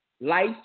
life